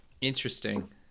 Interesting